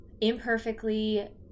imperfectly